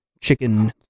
chicken